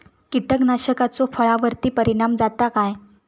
कीटकनाशकाचो फळावर्ती परिणाम जाता काय?